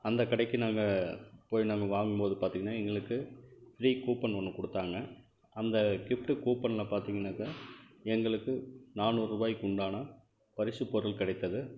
அந்தக்கடைக்கு நாங்கள் போய் நாங்கள் வாங்கும்போது பார்த்திங்ன்னா எங்களுக்கு ஃப்ரீ கூப்பன் ஒன்று கொடுத்தாங்க அந்த கிஃப்ட்டு கூப்பனில் பார்த்திங்கனாக்கா எங்களுக்கு நானூறு ரூபாய்க்கு உண்டான பரிசுப்பொருள் கிடைத்தது